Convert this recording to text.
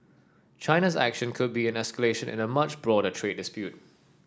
China's action could be an escalation in a much broader trade dispute